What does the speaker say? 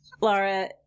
laura